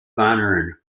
monitoring